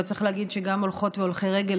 אבל צריך להגיד שגם הולכות והולכי רגל,